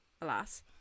alas